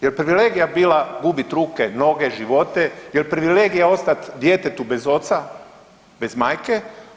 Jel' privilegija bila gubiti ruke, noge, živote, jel' privilegija ostati djetetu bez oca, bez majke?